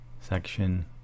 section